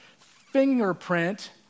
fingerprint